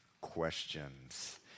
questions